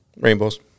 Rainbows